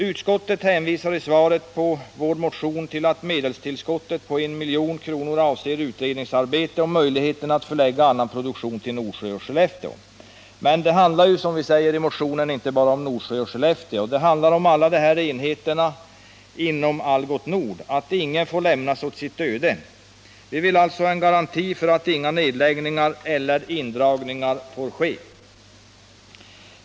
Utskottet hänvisar i svaret på vår motion till att medelstillskottet på 1 milj.kr. avser utredningsarbete om möjligheterna att förlägga annan produktion till Norsjö och Skellefteå. Men det handlar ju, som vi säger i motionen, inte bara om Norsjö och Skellefteå. Det handlar om alla enheter inom Algots Nord — att ingen får lämnas åt sitt öde. Vi vill alltså ha en garanti för att inga nedläggningar eller indragningar får ske.